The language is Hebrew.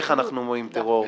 לצמצם.